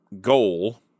Goal